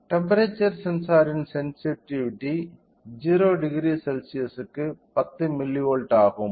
temperature சென்சாரின் sensitivity 0°C க்கு 10 millivolt ஆகும்